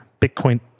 Bitcoin